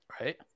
Right